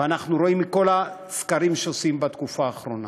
ואנחנו רואים מכל הסקרים שעושים בתקופה האחרונה